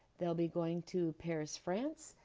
they'll be going to paris, france.